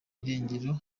irengero